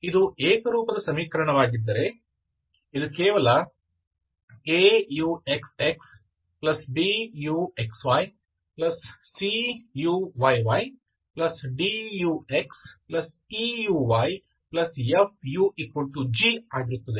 ಇದು ಏಕರೂಪದ ಸಮೀಕರಣವಾಗಿದ್ದರೆ ಇದು ಕೇವಲ AuxxBuxy Cuyy Dux Euy FuG ಆಗಿರುತ್ತದೆ